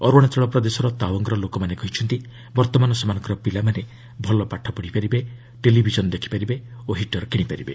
ଅରୁଣାଚଳ ପ୍ରଦେଶର ତାଓ୍ବଙ୍ଗ୍ର ଲୋକମାନେ କହିଛନ୍ତି ବର୍ତ୍ତମାନ ସେମାନଙ୍କର ପିଲାମାନେ ଭଲ ପାଠ ପଢ଼ିପାରିବେ ଟେଲିଭିଜନ୍ ଦେଖପାରିବେ ଓ ହିଟର୍ କିଣିପାରିବେ